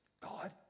God